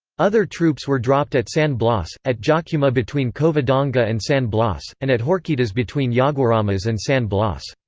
other troops were dropped at san blas, at jocuma between covadonga and san blas, and at horquitas between yaguaramas and san blas.